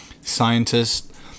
scientists